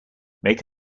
make